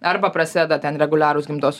arba prasideda ten reguliarūs gimdos